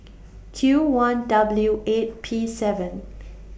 Q one W eight P seven